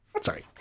sorry